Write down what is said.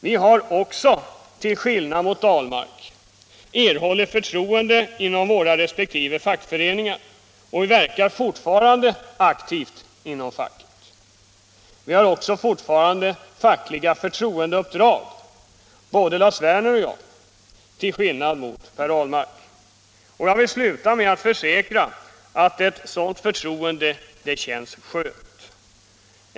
Vi har, också till skillnad från Per Ahlmark, erhållit förtroende inom våra resp. fackföreningar, och vi verkar fortfarande aktivt inom facket. Vi har också fortfarande fackliga förtroendeuppdrag inom facket — både Lars Werner och jag, till skillnad från Per Ahlmark. Jag vill sluta med att försäkra att ett sådant förtroende känns skönt.